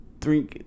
three